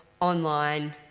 online